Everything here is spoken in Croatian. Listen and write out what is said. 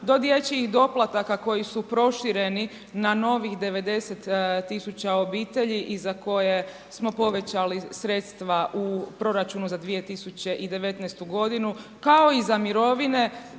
do dječjih doplataka koji su prošireni na novih 90 tisuća obitelji i za koje smo povećali sredstva u proračunu za 2019. kao i za mirovine